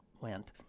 went